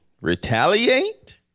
retaliate